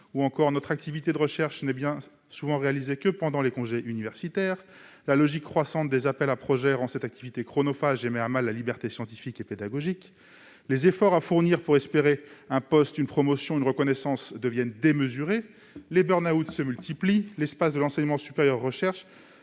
»;« Notre activité de recherche n'est bien souvent réalisée que pendant les congés universitaires »;« La logique croissante des appels à projets rend cette activité chronophage et met à mal la liberté scientifique et pédagogique »;« Les efforts à fournir pour espérer un poste, une promotion ou une reconnaissance deviennent démesurés »; Les burn-out se multiplient »;« L'espace de l'enseignement supérieur et de